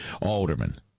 alderman